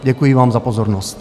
Děkuji vám za pozornost.